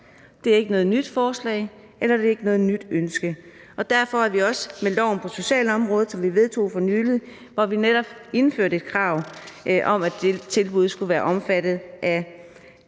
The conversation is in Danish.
Det er ikke noget nyt forslag, og det er heller ikke noget nyt ønske. Derfor indførte vi også netop med loven på socialområdet, som vi vedtog for nylig, et krav om, at dette tilbud skulle være omfattet af,